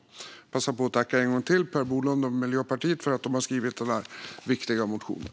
Jag vill passa på att tacka Per Bolund och Miljöpartiet ännu en gång för att ni har skrivit den här viktiga motionen!